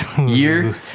year